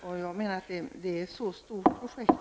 Detta handlar ju om ett mycket stort projekt.